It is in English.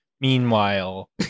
Meanwhile